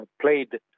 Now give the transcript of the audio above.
played